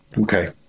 Okay